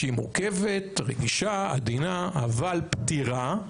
שהיא מורכבת, רגישה, עדינה, אבל פתירה.